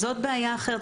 זאת בעיה אחרת.